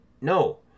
No